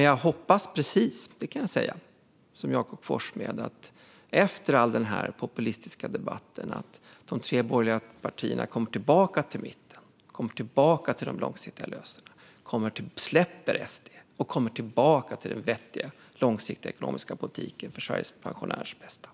Jag hoppas, kan jag säga, precis som Jakob Forssmed att de tre borgerliga partierna efter all den här populistiska debatten släpper SD och kommer tillbaka till mitten, till de långsiktiga lösningarna och till den vettiga, långsiktiga ekonomiska politiken för Sveriges pensionärers bästa.